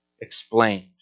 explained